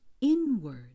inward